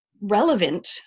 relevant